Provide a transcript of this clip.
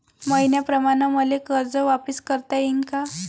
मईन्याप्रमाणं मले कर्ज वापिस करता येईन का?